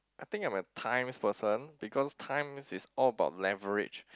I think I'm a times person because times is all about leverage